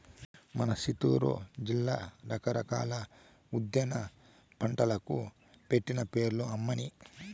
మన సిత్తూరు జిల్లా రకరకాల ఉద్యాన పంటలకు పెట్టింది పేరు అమ్మన్నీ